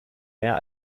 mehr